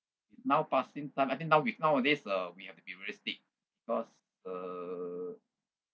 now passing time I think now with nowadays uh we have to be realistic cause uh